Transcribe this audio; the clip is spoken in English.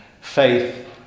faith